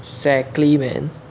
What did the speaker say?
exactly man